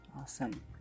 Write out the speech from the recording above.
Awesome